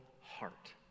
heart